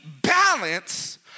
balance